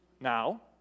now